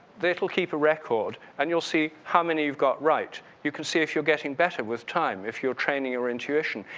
that it will keep a record and you'll see how many you've got right. you can see if you're getting better with the time if you're training your intuition.